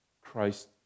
Christ